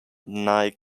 nigh